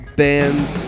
bands